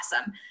awesome